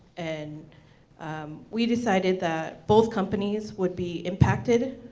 and we decided that both companies would be impacted.